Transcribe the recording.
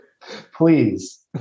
Please